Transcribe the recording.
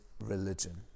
religion